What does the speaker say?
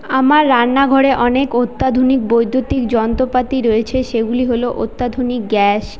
আমার রান্না ঘরে অনেক অত্যাধুনিক বৈদ্যুতিক যন্ত্রপাতি রয়েছে সেগুলি হল অত্যাধুনিক গ্যাস